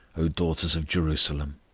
o daughters of jerusalem.